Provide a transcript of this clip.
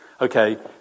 Okay